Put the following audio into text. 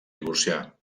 divorciar